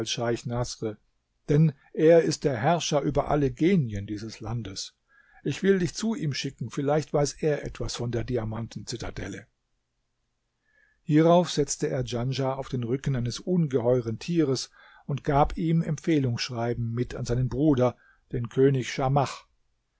denn er ist der herrscher über alle genien dieses landes ich will dich zu ihm schicken vielleicht weiß er etwas von der diamanten zitadelle hierauf setzte er djanschah auf den rücken eines ungeheuren tieres und gab ihm empfehlungsschreiben mit an seinen bruder den könig